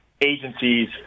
agencies